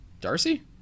Darcy